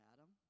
Adam